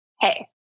hey